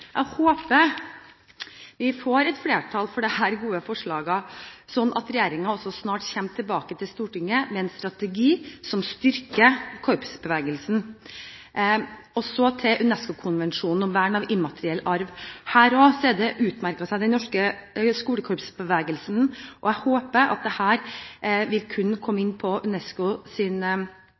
Jeg håper vi får et flertall for dette gode forslaget, slik at regjeringen også snart kommer tilbake til Stortinget med en strategi som styrker korpsbevegelsen. Så til UNESCO-konvensjonen og vern av immateriell arv. Her også utmerker den norske skolekorpsbevegelsen seg. Jeg håper at denne vil kunne komme inn på